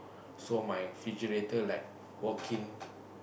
so my refrigerator like walk in